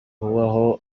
kubaho